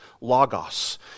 logos